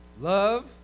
love